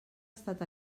estat